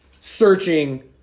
searching